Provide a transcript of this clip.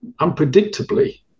unpredictably